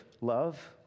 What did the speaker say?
love